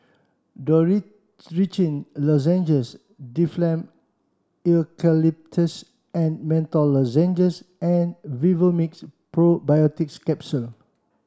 Dorithricin Lozenges Difflam Eucalyptus and Menthol Lozenges and Vivomixx Probiotics Capsule